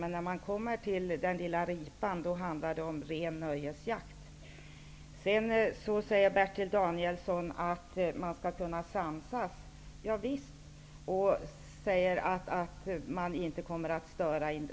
Beträffande den lilla ripan handlar det däremot om ren nöjesjakt. Vidare säger Bertil Danielsson att man skall kunna samsas. Ja, visst är det så. Han säger också att rennäringen inte kommer att störas.